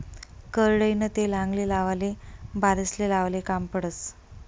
करडईनं तेल आंगले लावाले, बालेस्ले लावाले काम पडस